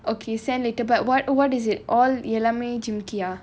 okay send later but what what is it all எல்லாமே ஜிம்மிக்கி:ellaamae jimmikki ah